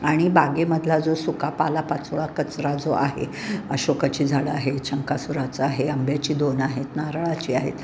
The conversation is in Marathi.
आणि बागेमधला जो सुका पालापाचोळा कचरा जो आहे अशोकाची झाडं आहे शंकासुराचं आहे आंब्याची दोन आहेत नारळाची आहेत